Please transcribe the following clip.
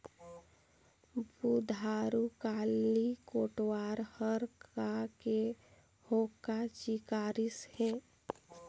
बुधारू काली कोटवार हर का के हाँका चिकरिस हे?